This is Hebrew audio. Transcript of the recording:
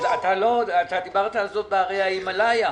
אתה דיברת על זאת שבהרי ההימליה.